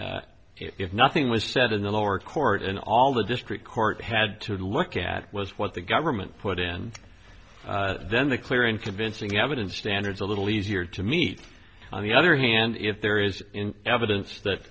if nothing was said in the lower court and all the district court had to look at was what the government put in then the clear and convincing evidence standards a little easier to meet on the other hand if there is in evidence that